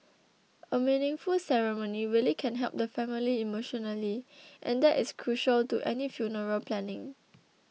a meaningful ceremony really can help the family emotionally and that is crucial to any funeral planning